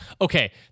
okay